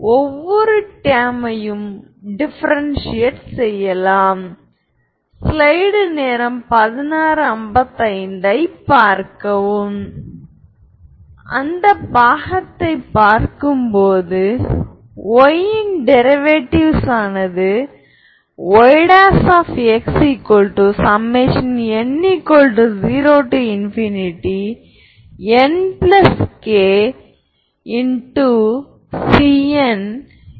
அதாவதுதொடர்புடைய 2 linearly independent eigen வெக்டார்ளைக் கொண்டுள்ளது λ உடன் மற்றும் ரியல் மற்றும் இமாஜினரி பார்ட் ம் லீனியர்லி இன்டெபேன்டென்ட்